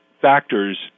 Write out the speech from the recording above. factors